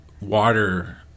water